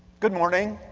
good morning.